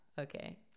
okay